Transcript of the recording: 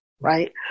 right